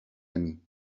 amis